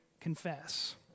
confess